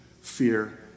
fear